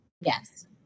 Yes